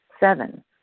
Seven